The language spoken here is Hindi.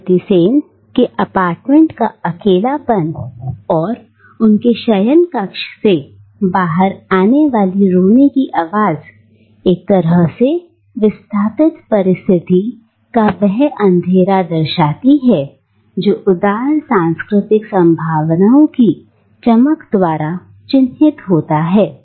श्रीमती सेन के अपार्टमेंट का अकेलापन और उनके शयन कक्ष से बाहर आने वाली रोने की आवाज एक तरह से विस्थापित परिस्थिति का वह अंधेरा दर्शाती हैं जो उदार सांस्कृतिक संभावनाओं की चमक द्वारा चिन्हित होता है